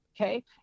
okay